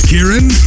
Kieran